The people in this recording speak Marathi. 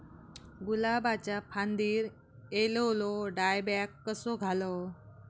गुलाबाच्या फांदिर एलेलो डायबॅक कसो घालवं?